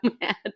mad